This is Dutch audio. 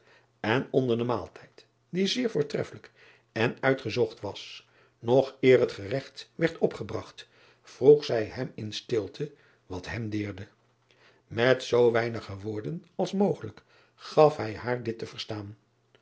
en onder den maaltijd die zeer voortreffelijk en uitgezocht was nog eer het nageregt werd opgebragt vroeg zij hem in stilte wat hem deerde et zoo weinige woorden als mogelijk gaf hij haar dit te verstaan